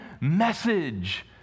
message